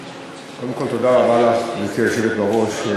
קודם כול תודה רבה לך, גברתי היושבת בראש,